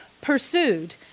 pursued